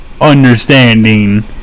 understanding